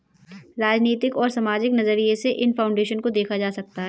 राजनीतिक और सामाजिक नज़रिये से इन फाउन्डेशन को देखा जा सकता है